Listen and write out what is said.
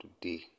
today